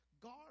God